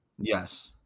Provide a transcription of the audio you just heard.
Yes